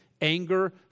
anger